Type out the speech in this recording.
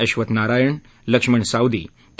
Ashwath Narayan Laxman Savadi के